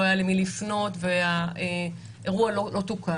לא היה למי לפנות והאירוע לא תוקן.